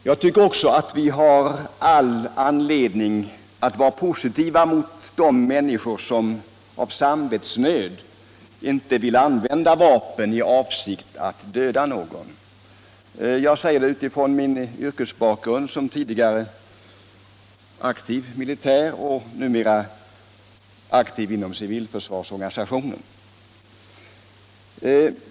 Herr talman! Jag tycker också att vi har all anledning att vara positiva mot människor som av samvetsnöd inte vill använda vapen i avsikt att döda någon. Jag säger detta mot bakgrunden av min yrkeserfarenhet, tidigare som aktiv militär och numera som aktiv inom civilförsvarsorganisationen.